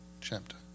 chapter